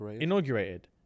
Inaugurated